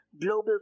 global